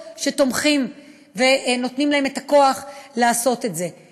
שתומכים ונותנים להם את הכוח לעשות את זה.